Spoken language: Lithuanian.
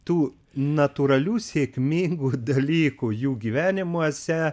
tų natūralių sėkmingų dalykų jų gyvenimuose